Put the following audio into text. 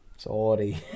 sorry